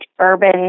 urban